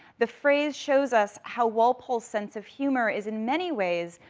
the phrase shows us how walpole's sense of humor is, in many ways,